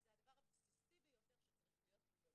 מוגנות זה הדבר הבסיסי ביותר שצריך להיות.